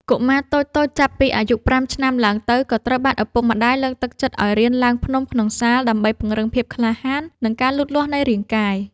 កុមារតូចៗចាប់ពីអាយុ ៥ ឆ្នាំឡើងទៅ ក៏ត្រូវបានឪពុកម្តាយលើកទឹកចិត្តឱ្យរៀនឡើងភ្នំក្នុងសាល ដើម្បីពង្រឹងភាពក្លាហាន និងការលូតលាស់នៃរាងកាយ។